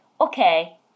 Okay